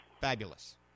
Fabulous